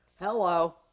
hello